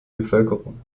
bevölkerung